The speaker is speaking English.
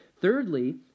Thirdly